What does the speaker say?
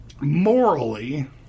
morally